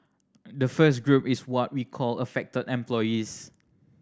the first group is what we called affected employees